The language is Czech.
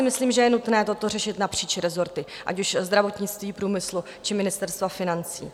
Myslím si, že je nutné toto řešit napříč rezorty, ať už zdravotnictví, průmysl či Ministerstvo financí.